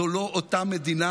זו לא אותה מדינה.